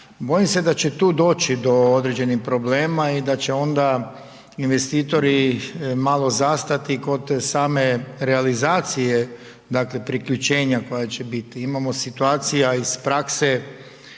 Bojim se da će tu doći do određenih problema i da će onda investitori malo zastati kod same realizacije dakle, priključenja koja će biti.